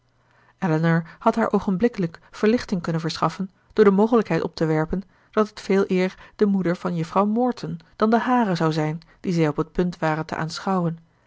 elinor had haar oogenblikkelijk verlichting kunnen verschaffen door de mogelijkheid op te werpen dat het veeleer de moeder van juffrouw morton dan de hare zou zijn die zij op het punt waren te aanschouwen